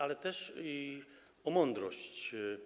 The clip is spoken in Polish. Ale też o mądrość.